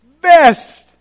best